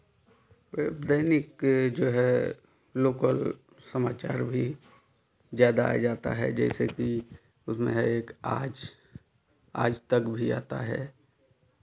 दैनिक जो है लोकल समाचार भी ज़्यादा आ जाता है जैसे कि उसमें है एक आज आज तक भी आता है